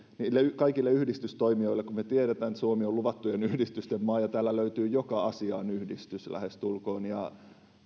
niille kaikille yhdistystoimijoille kun me tiedämme että suomi on luvattujen yhdistysten maa ja täällä löytyy joka asiaan yhdistys lähestulkoon ja